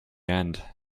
end